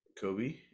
Kobe